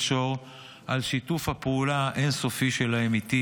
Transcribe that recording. שור על שיתוף הפעולה האין-סופי שלהם איתי,